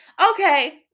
okay